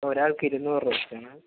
ഒരാൾക്ക് ഇരുന്നൂറ് രൂപ വെച്ചിട്ടാണ്